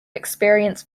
experience